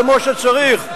כמו שצריך,